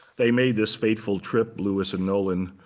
they made this fateful trip, louis and nolan,